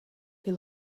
byl